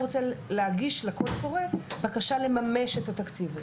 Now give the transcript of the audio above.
רוצה להגיש לקול הקורא בקשה לממש את התקציב הזה.